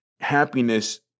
happiness